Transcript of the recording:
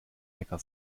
hacker